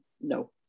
No